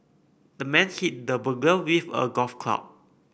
the man hit the burglar with a golf club